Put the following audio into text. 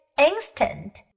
instant